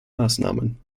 maßnahmen